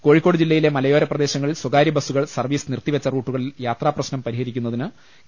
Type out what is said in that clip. കോഴി ക്കോട് ജില്ലയിലെ മലയോര പ്രദേശങ്ങളിൽ സ്വകാര്യ ബസ്സുകൾ സർവ്വീസ് നിർത്തിവെച്ച റൂട്ടുകളിൽ യാത്രാപ്പശ്നം പ്രിഹരിക്കു ന്നതിന് കെ